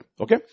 okay